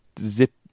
Zip